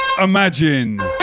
Imagine